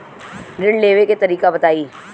ऋण लेवे के तरीका बताई?